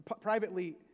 privately